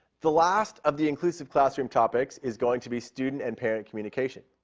the last of the inclusive classroom topics is going to be student and parent communication.